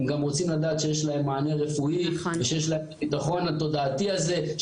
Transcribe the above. הם גם רוצים לדעת שיש להם מענה רפואי ושיש להם את הביטחון התודעתי הזה,